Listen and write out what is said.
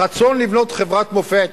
הרצון לבנות חברת מופת,